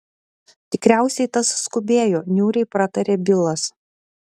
tikriausiai tas skubėjo niūriai pratarė bilas